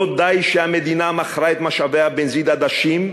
לא די שהמדינה מכרה את משאביה בנזיד עדשים,